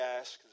ask